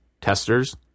testers